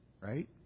right